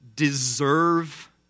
Deserve